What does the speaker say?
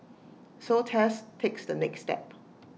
so Tess takes the next step